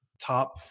top